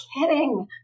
kidding